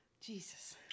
Jesus